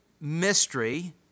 mystery